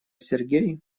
сергей